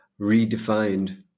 redefined